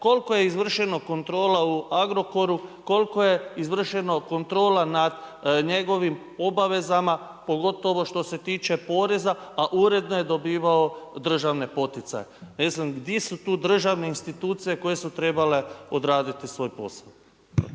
koliko je izvršeno kontrola u Agrokoru, koliko je izvršeno kontrola nad njegovim obavezama, pogotovo što se tiče poreza, a uredno je dobivao državne poticaje. Mislim, di su tu državne institucije koje su trebale odraditi svoj posao?